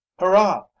hurrah